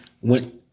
went